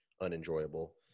unenjoyable